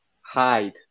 hide